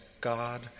God